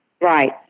Right